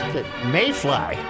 Mayfly